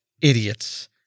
IDIOTS